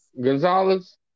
Gonzalez